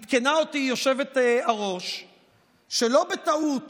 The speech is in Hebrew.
עדכנה אותי היושבת-ראש שלא בטעות